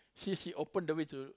she she open the way to